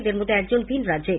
এদের মধ্যে একজন ভিন রাজ্যের